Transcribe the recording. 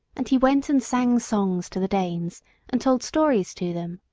and he went and sang songs to the danes and told stories to them.